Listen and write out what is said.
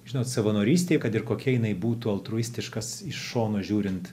žinot savanorystė kad ir kokia jinai būtų altruistiškas iš šono žiūrint